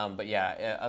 um but yeah, yeah ah